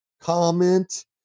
comment